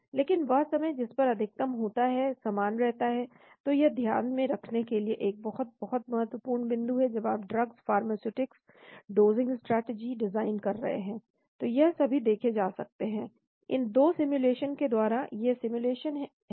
लेकिन वह समय जिस पर अधिकतम होता है समान रहता है तो यह ध्यान में रखने के लिए एक बहुत बहुत महत्वपूर्ण बिंदु है जब आप drugs pharmaceutics dosing strategy design कर रहे हैं तो यह सभी देखे जा सकते हैं इन 2 सिमुलेशन के द्वारा ये सिमुलेशन हैं